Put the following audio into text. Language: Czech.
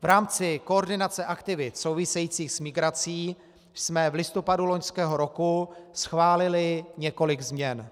V rámci koordinace aktivit souvisejících s migrací jsme v listopadu loňského roku schválili několik změn.